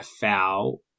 foul